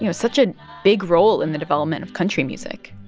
you know such a big role in the development of country music